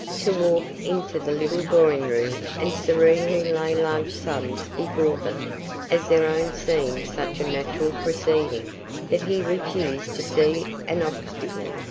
to walk into the little drawing-room and serenely lay large sums before them as their own seemed such a natural proceeding that he refused to see an obstacle.